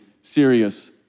serious